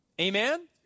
Amen